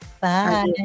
Bye